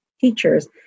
teachers